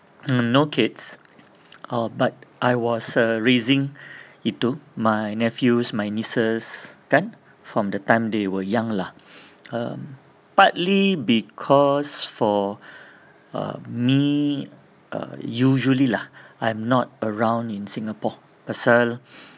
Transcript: no kids uh but I was uh raising itu my nephews my nieces kan from the time they were young lah um partly because for err me err usually lah I'm not around in singapore pasal